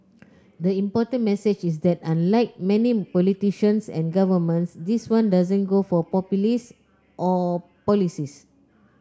the important message is that unlike many politicians and governments this one doesn't go for populist or policies